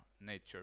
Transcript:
nature